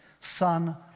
son